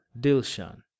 Dilshan